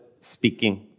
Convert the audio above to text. speaking